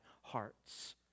hearts